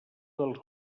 dels